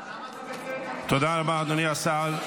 תודה רבה, אדוני השר.